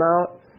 out